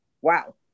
wow